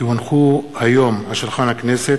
כי הונחו היום על שולחן הכנסת,